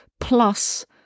plus